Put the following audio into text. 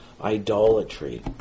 idolatry